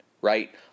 right